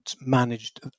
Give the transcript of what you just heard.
managed